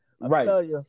Right